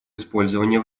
использования